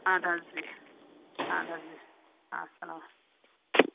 اَدٕ حظ بِہِو اَدٕ حظ بہِو اَسَلام علیکُم